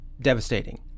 devastating